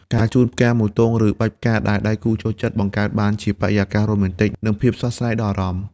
ការជូនផ្កាមួយទង ឬបាច់ផ្កាដែលដៃគូចូលចិត្ត បង្កើតបានជាបរិយាកាសរ៉ូមែនទិក និងភាពស្រស់ស្រាយដល់អារម្មណ៍។